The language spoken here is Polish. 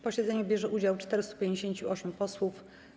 posiedzeniu bierze udział 458 posłów.